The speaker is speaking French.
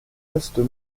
vastes